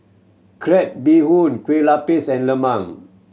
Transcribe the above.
crab bee hoon kue lupis and lemang